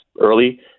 early